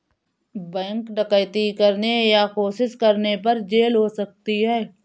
bank डकैती करने या कोशिश करने पर जेल हो सकती है